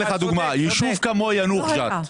יישוב כמו יאנוח ג'ת,